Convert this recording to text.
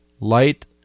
light